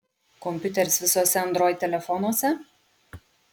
kompiuteris visuose android telefonuose